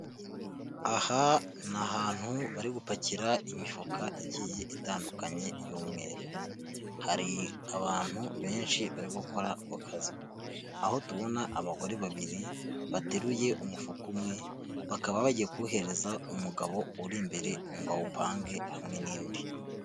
Aha ni ahantu bari gupakira imifuka igiye itandukanye y'umweru. Hari abantu benshi bari gukora ako kazi. Aho tubona abagore babiri bateruye umufuka umwe, bakaba bagiye kuwuhereza umugabo uri imbere ngo awupange hamwe n'indi.